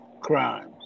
crimes